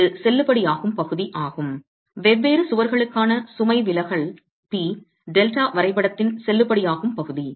இது செல்லுபடியாகும் பகுதி ஆகும் வெவ்வேறு சுவர்களுக்கான சுமை விலகல் P டெல்டா வரைபடத்தின் செல்லுபடியாகும் பகுதி